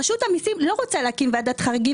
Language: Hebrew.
רשות המיסים לא רוצה להקים ועדת חריגים